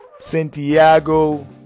Santiago